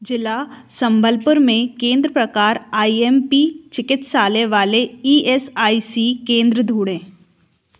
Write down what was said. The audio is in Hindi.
जिला सम्बलपुर में केंद्र प्रकार आई एम पी चिकित्सालय वाले ई एस आई सी केंद्र ढूँढें